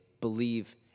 Believe